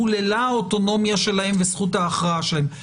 חוללה האוטונומיה שלהן וזכות ההכרעה שלהן,